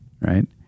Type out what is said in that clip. right